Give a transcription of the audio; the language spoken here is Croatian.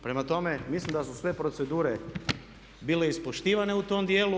Prema tome, mislim da su sve procedure bile ispoštovane u tom dijelu.